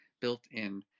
built-in